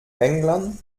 england